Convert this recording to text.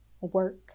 work